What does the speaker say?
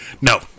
No